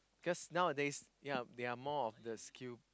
cause nowadays ya we are more of the skill